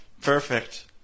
Perfect